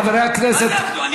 חברי הכנסת,